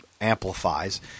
amplifies